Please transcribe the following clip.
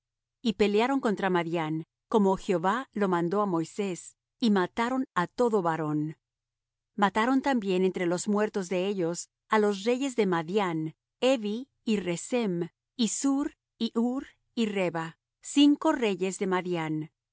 y pelearon contra madián como jehová lo mandó á moisés y mataron á todo varón mataron también entre los muertos de ellos á los reyes de madián evi y recem y zur y hur y reba cinco reyes de madián